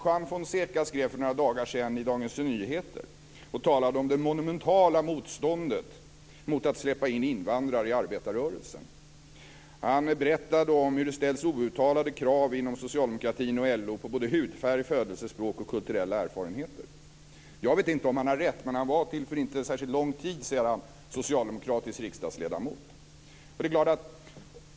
Juan Fonseca skrev för några dagar sedan i Dagens Nyheter om det monumentala motståndet mot att släppa in invandrare i arbetarrörelsen. Han berättade om hur det ställs outtalade krav inom socialdemokratin och LO på hudfärg, födelsespråk och kulturella erfarenheter. Jag vet inte om han har rätt, men han var till för inte särskilt lång tid sedan socialdemokratisk riksdagsledamot.